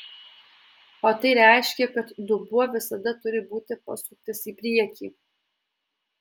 o tai reiškia kad dubuo visada turi būti pasuktas į priekį